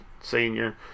senior